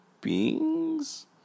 beings